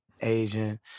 Asian